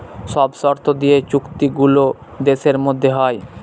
সব শর্ত দিয়ে চুক্তি গুলো দেশের মধ্যে হয়